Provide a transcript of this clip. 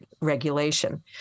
regulation